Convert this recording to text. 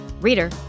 Reader